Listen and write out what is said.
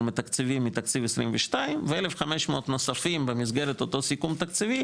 מתקצבים מתקציב 2022 ו-1,500 נוספים במסגרת אותו סיכום תקציבי